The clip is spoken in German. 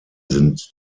sind